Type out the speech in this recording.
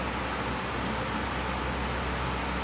each one of us